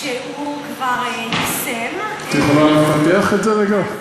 שהוא כבר יישם, את יכולה לפתח את זה רגע?